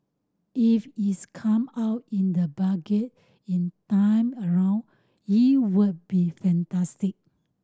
if it's come out in the Budget in time around it would be fantastic